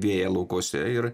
vėją laukuose ir